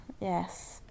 Yes